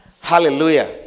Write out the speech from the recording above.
Hallelujah